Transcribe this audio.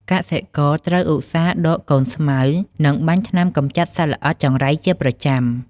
កសិករត្រូវឧស្សាហ៍ដកកូនស្មៅ និងបាញ់ថ្នាំកម្ចាត់សត្វល្អិតចង្រៃជាប្រចាំ។